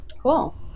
Cool